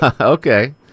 Okay